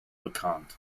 bekannt